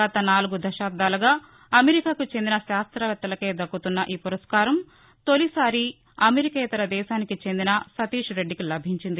గత నాల్గ దశాబ్దాలుగా అమెరికాకు చెందిన శాస్త్రవేత్తలకే దక్కుతున్న ఈ పురస్కారం తొలిసారి అమెరికేతర దేశానికి చెందిన సతీష్ రెడ్డికి లభించింది